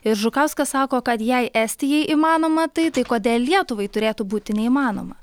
ir žukauskas sako kad jei estijai įmanoma tai tai kodėl lietuvai turėtų būti neįmanoma